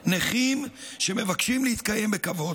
נכים שמבקשים להתקיים בכבוד.